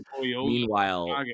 meanwhile